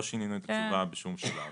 לא, לא שינינו את התשובה בשום שלב.